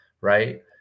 Right